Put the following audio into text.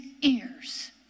ears